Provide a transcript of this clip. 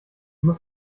muss